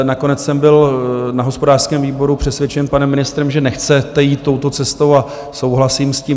Nakonec jsem byl na hospodářském výboru přesvědčen panem ministrem, že nechcete jít touto cestou, a souhlasím s tím.